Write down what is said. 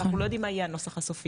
אנחנו לא יודעים מה יהיה הנוסח השוני,